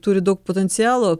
turi daug potencialo